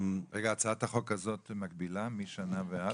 הצעת החוק הזאת מגבילה משנה ומעלה?